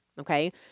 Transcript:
okay